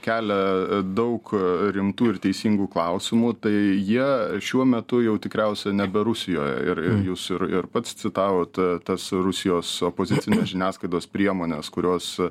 kelia daug rimtų ir teisingų klausimų tai jie šiuo metu jau tikriausiai nebe rusijoje ir jūs ir ir pats citavot tas rusijos opozicines žiniasklaidos priemones kurios